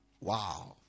wow